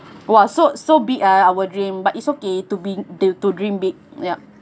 !wah! so so big ah our dream but it's okay to be to dream big yup